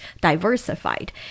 diversified